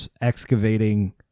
excavating